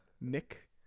Nick